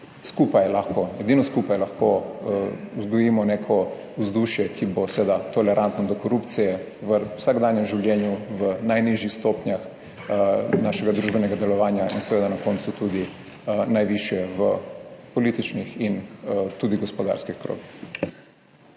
Skupaj lahko, edino skupaj lahko vzgojimo neko vzdušje, ki bo seveda tolerantno do korupcije v vsakdanjem življenju, v najnižjih stopnjah našega družbenega delovanja in seveda na koncu tudi najvišje v političnih in tudi gospodarskih krogih.